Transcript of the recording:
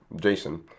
Jason